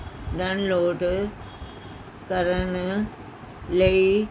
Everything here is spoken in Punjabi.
ਡਾਊਨਲੋਡ ਕਰਨ ਲਈ